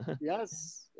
yes